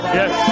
yes